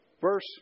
verse